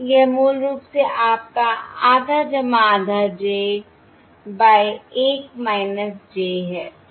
यह मूल रूप से आपका आधा आधा j बाय 1 j है